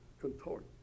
contort